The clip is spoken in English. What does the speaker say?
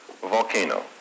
volcano